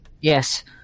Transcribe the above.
Yes